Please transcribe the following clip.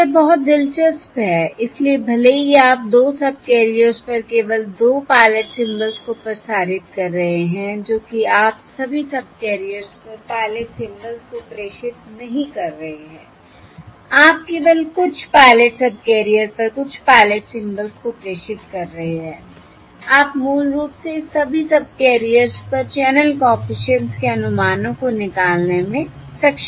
तो यह बहुत दिलचस्प है इसलिए भले ही आप 2 सबकैरियर्स पर केवल 2 पायलट सिंबल्स को प्रसारित कर रहे हैं जो कि आप सभी सबकेरियर्स पर पायलट सिंबल्स को प्रेषित नहीं कर रहे हैं आप केवल कुछ पायलट सबकैरियर पर कुछ पायलट सिंबल्स को प्रेषित कर रहे हैं आप मूल रूप से सभी सबकैरियर्स पर चैनल कॉफिशिएंट्स के अनुमानों को निकालने में सक्षम हैं